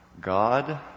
God